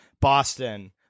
Boston